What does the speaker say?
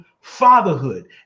fatherhood